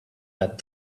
that